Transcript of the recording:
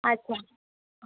अच्छा